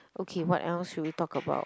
okay what else should we talk about